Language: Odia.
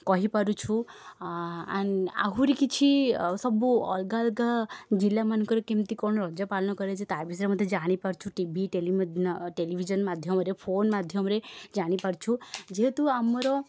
କହିପାରୁଛୁ ଆନ ଆହୁରି କିଛି ସବୁ ଅଲଗା ଅଲଗା ଜିଲ୍ଲାମାନଙ୍କରେ କେମତି କ'ଣ ରଜ ପାଳନ କରାଯାଏ ତା' ବିଷୟରେ ମଧ୍ୟ ଜାଣିପାରୁଛୁ ଟି ଭି ଟେଲି ଟେଲିଭିଜନ ମାଧ୍ୟମରେ ଫୋନ୍ ମାଧ୍ୟମରେ ଜାଣିପାରୁଛୁ ଯେହେତୁ ଆମର ଆମର